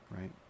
Right